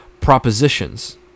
propositions